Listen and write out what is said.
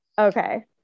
Okay